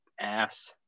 ass